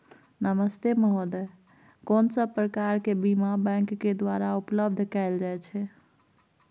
नमस्ते महोदय, कोन सब प्रकार के बीमा बैंक के द्वारा उपलब्ध कैल जाए छै?